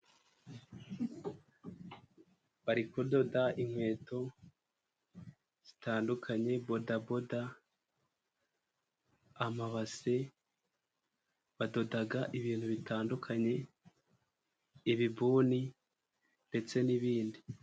Bari kudoda inkweto zitandukanye. b Bodaboda, amabase. Badoda ibintu bitandukanye ibibuni ndetse n'ibindi.